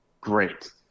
great